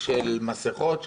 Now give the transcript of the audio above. של מסכות,